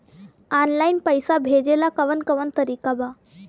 Online पइसा भेजेला कवन कवन तरीका बा?